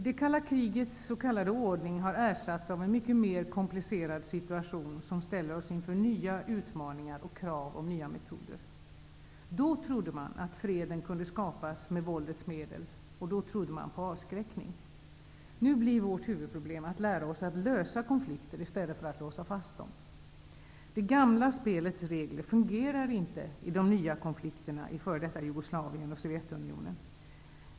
Det kalla krigets s.k. ordning har ersatts av en mycket mer komplicerad situation, som ställer oss inför nya utmaningar och krav på nya metoder. Då trodde man att freden kunde skapas med våldets medel, och då trodde man på avskräckning. Nu blir vårt huvudproblem att lära oss att lösa konflikter i stället för att låsa fast dem. Det ''gamla'' spelets regler fungerar inte i de nya konflikterna i f.d. Jugoslavien och Sovjetunionen.